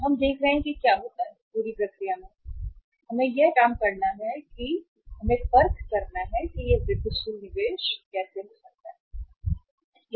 तो हम देखेंगे कि क्या होता है इस पूरी प्रक्रिया को कहें और हमें यह काम करना होगा कि यह वृद्धिशील निवेश कैसे हो सकता है फर्क करना